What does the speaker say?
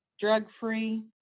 drug-free